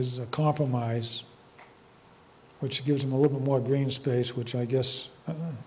is a compromise which gives them a little more green space which i guess